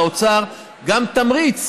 מהאוצר גם תמריץ,